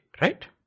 right